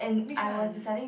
which one